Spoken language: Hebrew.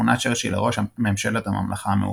מונה צ'רצ'יל לראש ממשלת הממלכה המאוחדת.